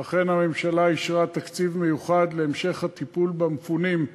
במקור נפתח המוקד בקריית-שמונה כשלוחה של בית-חולים זיו